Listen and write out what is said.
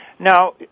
Now